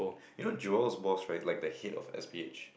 you know Joel's boss right like the head of S_P_H